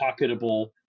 pocketable